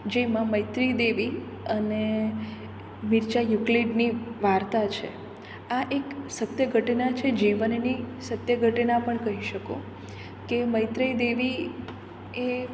જેમાં મૈત્રી દેવી અને વિરચા યુકલેટની વાર્તા છે આ એક સત્યઘટના છે જીવનની સત્ય ઘટના પણ કહી શકો કે મૈત્રી દેવી એ